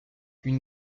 une